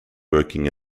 working